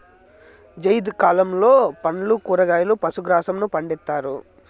జైద్ కాలంలో పండ్లు, కూరగాయలు, పశు గ్రాసంను పండిత్తారు